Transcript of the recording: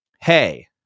hey